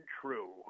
true